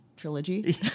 Trilogy